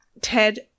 Ted